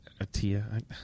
Atia